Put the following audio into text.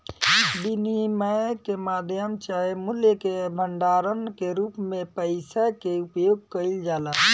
विनिमय के माध्यम चाहे मूल्य के भंडारण के रूप में पइसा के उपयोग कईल जाला